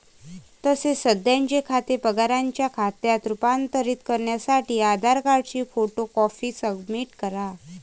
तसेच सध्याचे खाते पगाराच्या खात्यात रूपांतरित करण्यासाठी आधार कार्डची फोटो कॉपी सबमिट करा